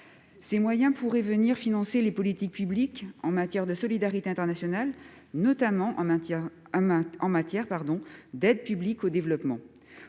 Ces moyens pourraient venir financer des politiques publiques en matière de solidarité internationale, notamment en matière d'aide publique au développement